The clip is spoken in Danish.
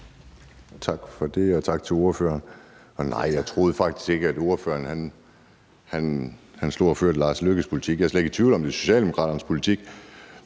Tak for det, og tak til ordføreren. Nej, jeg troede faktisk ikke, at ordføreren stod og førte udenrigsministerens politik. Jeg er slet ikke i tvivl om, at det er Socialdemokraternes politik.